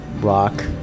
rock